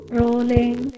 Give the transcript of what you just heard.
rolling